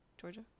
georgia